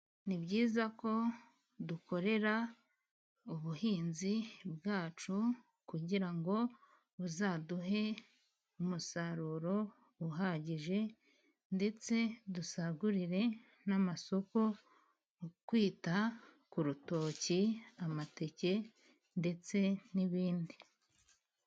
Ni byiza ko dukorera ubuhinzi bwacu kugira ngo buzaduhe umusaruro uhagije, ndetse dusagurire n'amasoko, twita ku rutoki, amateke ndetse n'ibindi.